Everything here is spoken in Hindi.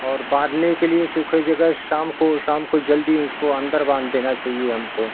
और बांधने के लिए सूखे जगह शाम को शाम जल्दी उसको अंदर बांध देना चाहिए हमको